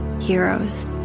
heroes